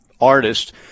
artist